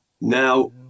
Now